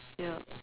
ya